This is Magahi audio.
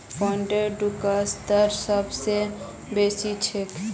फिनलैंडेर टैक्स दर सब स बेसी छेक